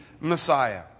Messiah